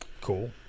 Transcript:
Cool